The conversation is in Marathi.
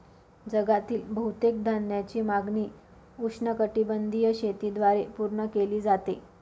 जगातील बहुतेक धान्याची मागणी उष्णकटिबंधीय शेतीद्वारे पूर्ण केली जाते